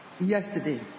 yesterday